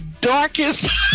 darkest